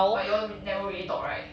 but you all never really talk right